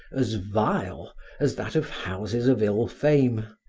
as vile as that of houses of ill-fame.